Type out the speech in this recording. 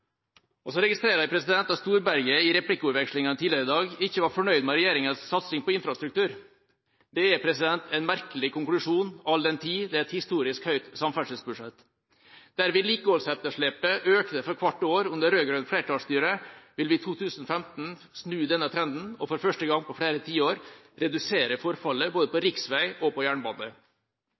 budsjett. Så registrerer jeg at Storberget i replikkordvekslingen tidligere i dag ikke var fornøyd med regjeringas satsing på infrastruktur. Dette er en merkelig konklusjon all den tid det er et historisk høyt samferdselsbudsjett. Der vedlikeholdsetterslepet økte for hvert år under rød-grønt flertallsstyre, vil vi i 2015 snu denne trenden og for første gang på flere tiår redusere forfallet både på riksvei og på jernbane.